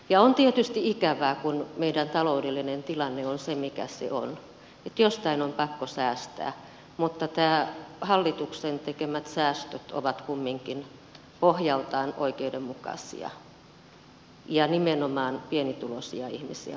on tietysti ikävää kun meidän taloudellinen tilanne on se mikä se on että jostain on pakko säästää mutta nämä hallituksen tekemät säästöt ovat kumminkin pohjaltaan oikeudenmukaisia ja nimenomaan pienituloisia ihmisiä tukevia